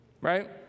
right